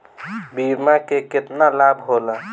बीमा के केतना लाभ होला?